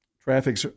Traffic